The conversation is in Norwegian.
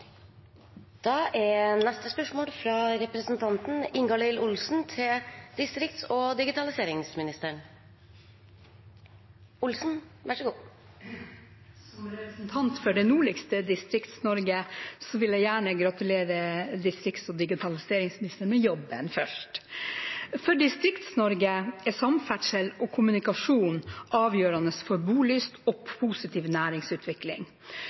Som representant for det nordligste Distrikts-Norge vil jeg først gjerne få gratulere distrikts- og digitaliseringsministeren med jobben. Spørsmålet mitt er: «For Distrikts-Norge er samferdsel og kommunikasjon avgjørende for bolyst og positiv næringsutvikling.